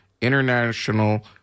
International